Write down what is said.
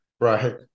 Right